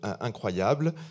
incroyable